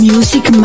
Music